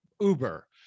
Uber